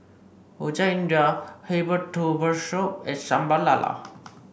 Rojak India Herbal Soup and Sambal Lala